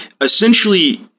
essentially